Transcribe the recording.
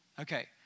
Okay